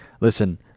Listen